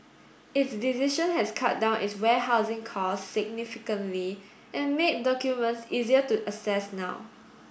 its decision has cut down its warehousing costs significantly and made documents easier to access now